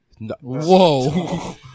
Whoa